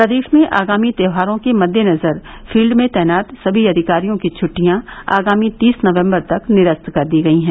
प्रदेश में आगामी त्यौहारों के मद्देनजर फील्ड में तैनात सभी अधिकारियों की छुट्टियां आगामी तीस नवंबर तक निरस्त कर दी गई हैं